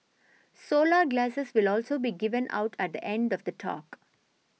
solar glasses will also be given out at the end of the talk